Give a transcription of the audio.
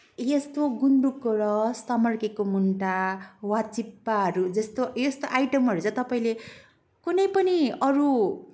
यस्तो गुन्द्रुकको रस तमर्केको मुन्टा वाचिप्पाहरू जस्तो यस्ता आइटमहरू चाहिँ तपाईँले कुनै पनि अरू